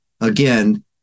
again